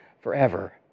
forever